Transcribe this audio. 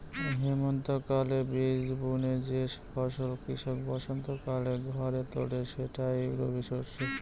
হেমন্তকালে বীজ বুনে যে ফসল কৃষক বসন্তকালে ঘরে তোলে সেটাই রবিশস্য